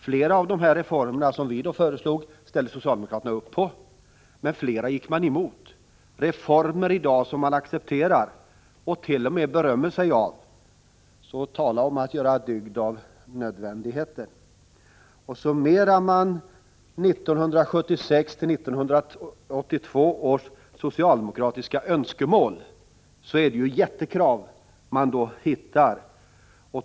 Flera av de reformer som vi då föreslog ställde socialdemokraterna upp på, men flera gick man emot — reformer som man i dag accepterar och t.o.m. berömmer sig för. Tala om att göra dygd av nödvändigheten! Summerar vi de socialdemokratiska önskemålen under åren 1976-1982 finner vi att det var ”jättekrav”.